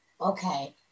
okay